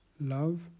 Love